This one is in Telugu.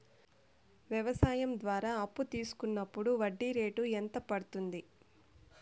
వ్యవసాయం ద్వారా అప్పు తీసుకున్నప్పుడు వడ్డీ రేటు ఎంత పడ్తుంది